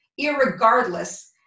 irregardless